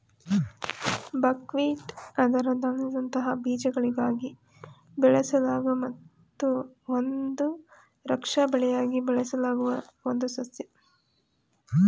buckwheat ಅದರ ಧಾನ್ಯದಂತಹ ಬೀಜಗಳಿಗಾಗಿ ಬೆಳೆಸಲಾಗೊ ಮತ್ತು ಒಂದು ರಕ್ಷಾ ಬೆಳೆಯಾಗಿ ಬಳಸಲಾಗುವ ಒಂದು ಸಸ್ಯ